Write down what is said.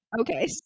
Okay